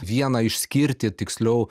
vieną išskirti tiksliau